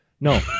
No